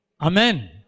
Amen